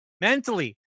mentally